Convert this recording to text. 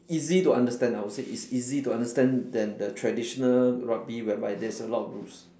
easy to understand I would say it's easy to understand than the traditional rugby whereby there's a lot of rules